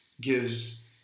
gives